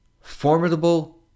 Formidable